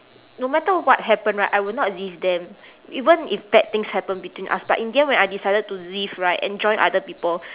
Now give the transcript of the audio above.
no matter what happen right I would not leave them even if bad things happen between us but in the end when I decided to leave right and join other people